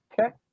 Okay